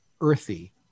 earthy